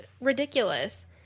ridiculous